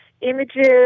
images